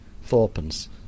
fourpence